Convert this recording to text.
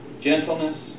gentleness